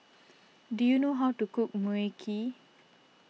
do you know how to cook Mui Kee